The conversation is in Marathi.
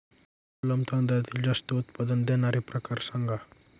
कोलम तांदळातील जास्त उत्पादन देणारे प्रकार सांगा